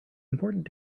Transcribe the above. important